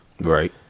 Right